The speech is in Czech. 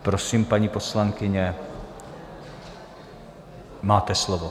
Prosím, paní poslankyně, máte slovo.